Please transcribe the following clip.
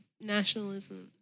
Nationalism